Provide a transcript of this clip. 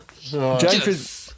James